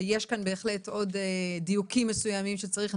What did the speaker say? ויש כאן בהחלט עוד דיוקים מסוימים שצריך לעשות.